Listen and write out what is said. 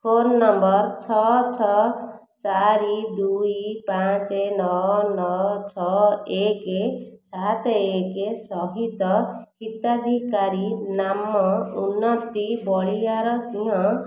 phone number ଛଅ ଛଅ ଚାରି ଦୁଇ ପାଞ୍ଚ ନଅ ନଅ ଛଅ ଏକ ସାତ ଏକ ସହିତ ହିତାଧିକାରୀ ନାମ ଉନ୍ନତି ବଳିଆର ସଂହ